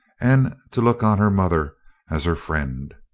and to look on her mother as her friend.